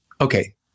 okay